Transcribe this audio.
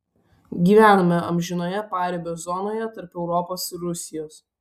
gyvename amžinoje paribio zonoje tarp europos ir rusijos